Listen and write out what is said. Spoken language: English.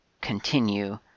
continue